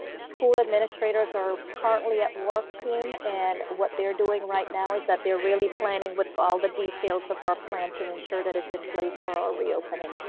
school administrators are currently at work team. and what they're doing right now is that they're really planning with all the details of our plan to ensure that it's in place for our reopening.